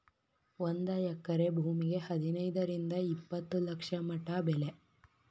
ಒಂದ ಎಕರೆ ಭೂಮಿಗೆ ಹದನೈದರಿಂದ ಇಪ್ಪತ್ತ ಲಕ್ಷ ಮಟಾ ಬೆಲೆ